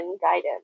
guidance